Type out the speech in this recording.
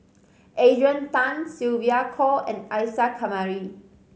Adrian Tan Sylvia Kho and Isa Kamari